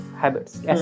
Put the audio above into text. habits